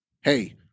hey